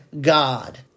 God